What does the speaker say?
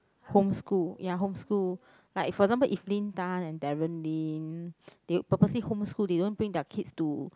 home school ya home school like for example Evelyn Tan and Darre Lim they purposely home school they don't bring their kids to